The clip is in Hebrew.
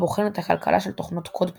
הבוחן את הכלכלה של תוכנות קוד פתוח.